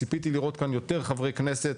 ציפיתי לראות כאן יותר חברי כנסת